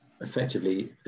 effectively